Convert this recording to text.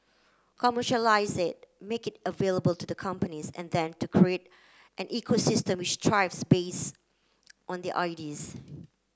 commercialise it make it available to the companies and then to create an ecosystem which thrives base on the ideas